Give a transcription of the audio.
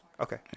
Okay